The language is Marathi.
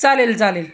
चालेल चालेल